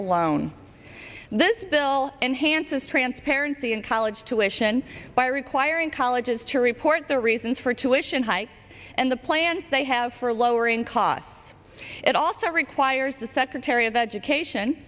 alone this bill enhances transparency in college tuition by requiring colleges to report the eason's for tuition hike and the plan they have for lowering costs it also requires the secretary of education